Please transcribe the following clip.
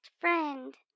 friend